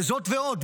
זאת ועוד,